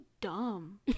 dumb